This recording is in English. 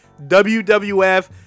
WWF